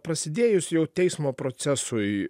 prasidėjus jau teismo procesui